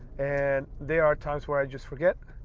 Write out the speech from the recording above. and there are times where i just forget,